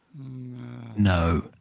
No